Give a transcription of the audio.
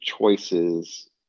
choices